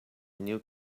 new